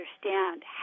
understand